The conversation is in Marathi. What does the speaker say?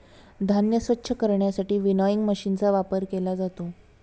धान्य स्वच्छ करण्यासाठी विनोइंग मशीनचा वापर केला जातो